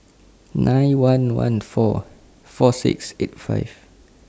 nine one one four four six eight five